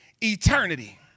Eternity